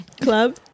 club